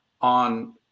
on